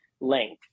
length